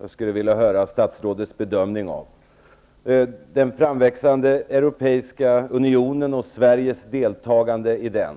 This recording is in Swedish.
Jag skulle vilja höra statsrådets bedömning när det gäller den framväxande europeiska unionen och Sveriges deltagande i den.